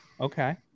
Okay